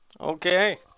Okay